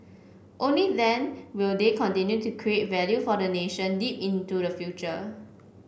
only then will they continue to create value for the nation deep into the future